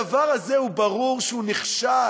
הדבר הזה, ברור שהוא נכשל.